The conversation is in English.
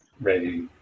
ready